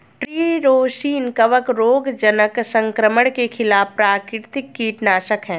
tree rosin कवक रोगजनक संक्रमण के खिलाफ प्राकृतिक कीटनाशक है